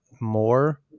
more